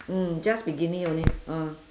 mm just bikini only ah